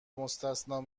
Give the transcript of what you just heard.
مستثنی